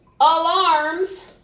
alarms